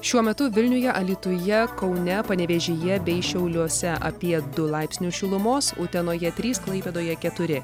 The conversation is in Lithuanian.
šiuo metu vilniuje alytuje kaune panevėžyje bei šiauliuose apie du laipsnius šilumos utenoje trys klaipėdoje keturi